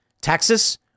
Texas